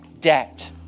debt